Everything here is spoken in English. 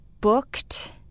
booked